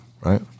right